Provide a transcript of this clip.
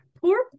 poor